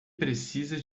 precisa